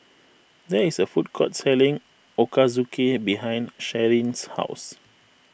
there is a food court selling Ochazuke behind Sharyn's house